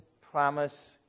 promise